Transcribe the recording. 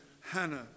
hannah